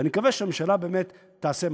ואני מקווה שהממשלה באמת תעשה מעשה.